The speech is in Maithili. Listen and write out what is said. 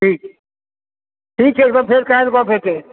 ठीक छै ठीक छै तऽ फेर काल्हि गप हेतै